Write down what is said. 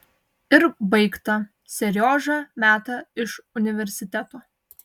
ir baigta seriožą meta iš universiteto